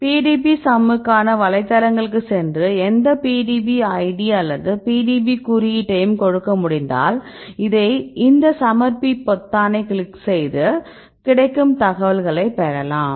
PDBsum க்கான வலைத்தளங்களுக்குச் சென்று எந்த PDB ஐடி அல்லது PDB குறியீட்டையும் கொடுக்க முடிந்தால் இந்த சமர்ப்பி பொத்தானைக் கிளிக் செய்து கிடைக்கும் தகவல்களை பெறலாம்